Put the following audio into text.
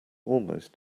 almost